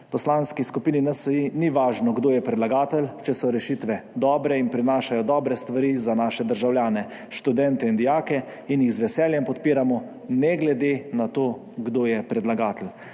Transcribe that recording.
Poslanski skupini NSi ni važno, kdo je predlagatelj, če so rešitve dobre in prinašajo dobre stvari za naše državljane, študente in dijake, jih z veseljem podpiramo ne glede na to, kdo je predlagatelj.